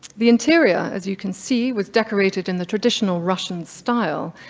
the interior, as you can see, was decorated in the traditional russian style,